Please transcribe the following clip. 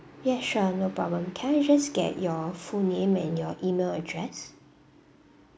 ya sure no problem can I just get your full name and your email address